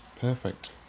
perfect